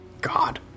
God